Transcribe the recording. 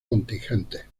contingentes